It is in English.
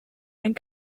and